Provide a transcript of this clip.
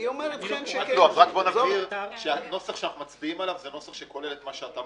נבהיר שהנוסח שאנחנו מצביעים עליו הוא הנוסח שכולל את מה שאת אמרת.